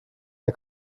der